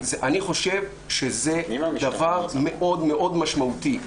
אני חושב שזה דבר מאוד מאוד משמעותי.